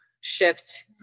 shift